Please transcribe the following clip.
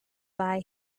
buy